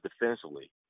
defensively